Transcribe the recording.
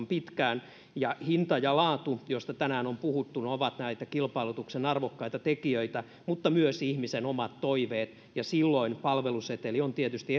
pitkään hinta ja laatu joista on tänään puhuttu ovat näitä kilpailutuksen arvokkaita tekijöitä mutta niin ovat myös ihmisen omat toiveet ja silloin palveluseteli on tietysti